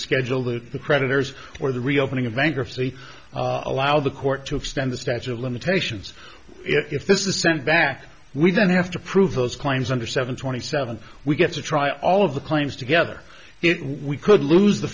schedule the creditors or the reopening of bankruptcy allow the court to extend the statute of limitations if this is sent back we don't have to prove those claims under seven twenty seven we get to try all of the claims together it we could lose the